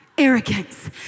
arrogance